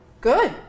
Good